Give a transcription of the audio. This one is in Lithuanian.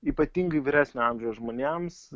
ypatingai vyresnio amžiaus žmonėms